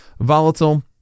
volatile